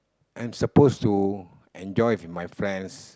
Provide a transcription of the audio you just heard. I'm supposed to enjoy with my friends